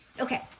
okay